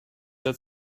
had